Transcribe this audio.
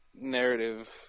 narrative